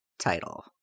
title